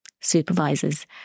supervisors